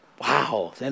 wow